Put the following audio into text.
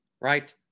right